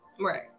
Right